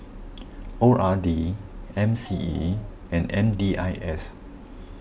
O R D M C E and M D I S